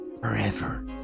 forever